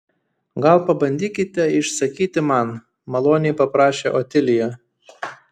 gal pabandykite išsakyti man maloniai paprašė otilija